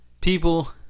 people